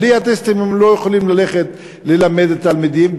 בלי הטסטים הם לא יכולים ללכת ללמד את התלמידים,